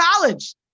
college